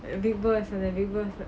bigg boss and then bigg boss